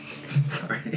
Sorry